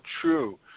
true